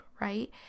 right